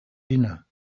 dinner